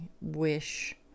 wish